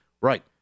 right